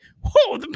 whoa